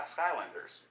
Skylanders